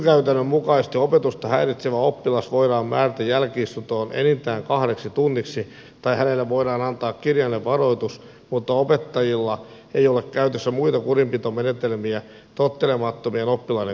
nykykäytännön mukaisesti opetusta häiritsevä oppilas voidaan määrätä jälki istuntoon enintään kahdeksi tunniksi tai hänelle voidaan antaa kirjallinen varoitus mutta opettajilla ei ole käytössä muita kurinpitomenetelmiä tottelemattomien oppilaiden kohdalla